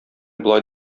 болай